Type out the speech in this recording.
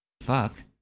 fuck